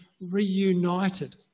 reunited